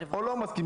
או לא מסכים.